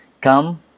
Come